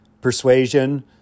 persuasion